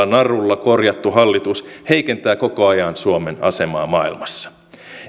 narulla korjattu hallitus heikentää koko ajan suomen asemaa maailmassa